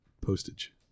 postage